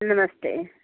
नमस्ते